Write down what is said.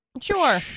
Sure